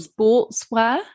sportswear